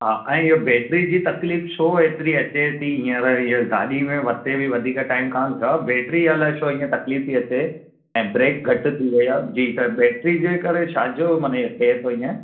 हा ऐं इहो बैट्री जी तकलीफ़ु छो एतिरी अचे थी हींअर हीअ गाॾी में वरिते बि वधीक टाइम कोन थियो आहे बैट्री अलाए छो इएं तकलीफ़ थी अचे ऐं ब्रेक घटि थी वई आहे जीअं त बैट्री जे करे छा जो माने थिए थो ईअं